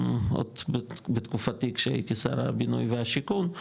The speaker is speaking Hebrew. גם עוד בתקופתי כשהייתי שר הבינוי והשיכון,